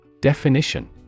Definition